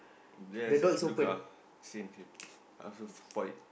yes blue car same same I also spot it